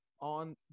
On